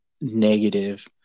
negative